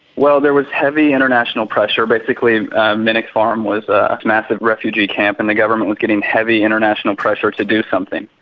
well, there was heavy international pressure. basically menik farm was a massive refugee camp, and the government was getting heavy international pressure to do something,